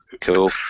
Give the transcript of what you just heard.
Cool